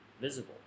visible